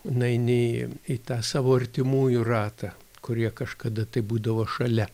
nueini į į tą savo artimųjų ratą kurie kažkada tai būdavo šalia